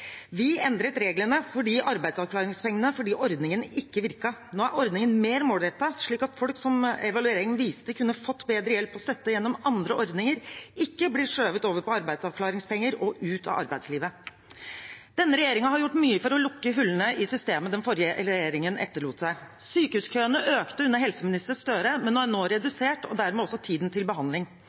Vi endret reglene for avklaringspengene fordi ordningen ikke virket. Nå er ordningen mer målrettet, slik at folk, som evalueringen viste, kan få bedre hjelp og støtte gjennom andre ordninger, og ikke blir skjøvet over på arbeidsavklaringspenger og ut av arbeidslivet. Denne regjeringen har gjort mye for å lukke hullene i systemet den forrige regjeringen etterlot seg. Sykehuskøene økte under helseminister Gahr Støre, men er nå redusert og dermed også tiden til behandling.